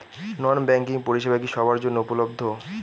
নন banking পরিষেবা কি সবার জন্য উপলব্ধ?